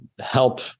help